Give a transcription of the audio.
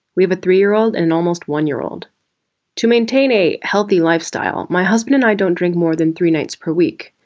but three year old and and almost one year old to maintain a healthy lifestyle. my husband and i don't drink more than three nights per week.